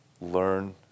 learn